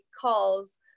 calls